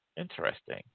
Interesting